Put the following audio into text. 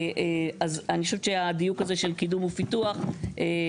אז אני חשובת שהדיוק הזה של קידום ופיתוח הוא